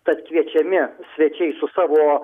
tad kviečiami svečiai su savo